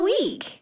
Week